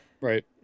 right